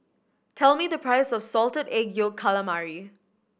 tell me the price of Salted Egg Yolk Calamari